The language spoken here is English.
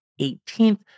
18th